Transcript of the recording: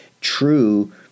true